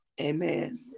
Amen